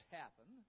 happen